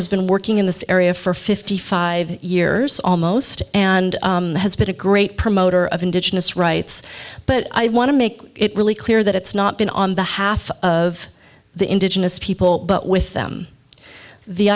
has been working in this area for fifty five years almost and has been a great promoter of indigenous rights but i want to make it really clear that it's not been on the half of the indigenous people but with them the